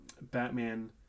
Batman